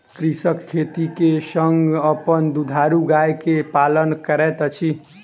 कृषक खेती के संग अपन दुधारू गाय के पालन करैत अछि